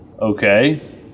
okay